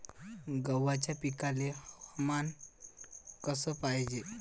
गव्हाच्या पिकाले हवामान कस पायजे?